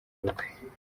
ubukwe